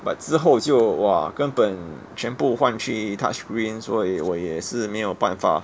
but 之后就 !wah! 根本全部换去 touchscreen 所以我也是没有办法